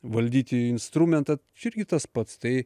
valdyti instrumentą čia irgi tas pats tai